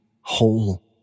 whole